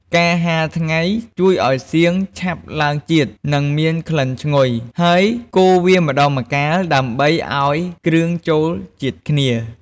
ការហាលថ្ងៃជួយឱ្យសៀងឆាប់ឡើងជាតិ និងមានក្លិនឈ្ងុយ ហើយកូរវាម្ដងម្កាល ដើម្បីឱ្យគ្រឿងចូលជាតិគ្នា។